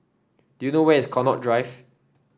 do you know where is Connaught Drive